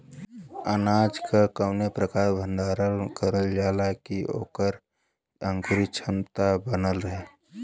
अनाज क कवने प्रकार भण्डारण कइल जाय कि वोकर अंकुरण क्षमता बनल रहे?